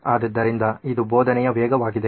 ಆದ್ದರಿಂದ ಇದು ಬೋಧನೆಯ ವೇಗವಾಗಿದೆ